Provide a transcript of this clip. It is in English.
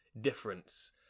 difference